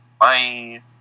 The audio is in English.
Bye